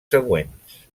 següents